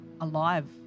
alive